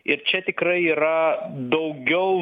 ir čia tikrai yra daugiau